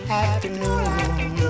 afternoon